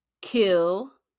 kill